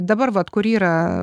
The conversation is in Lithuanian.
dabar vat kur yra